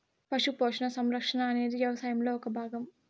పశు పోషణ, సంరక్షణ అనేది వ్యవసాయంలో ఒక భాగం